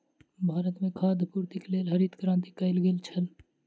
भारत में खाद्य पूर्तिक लेल हरित क्रांति कयल गेल छल